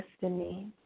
destiny